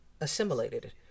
assimilated